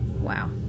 Wow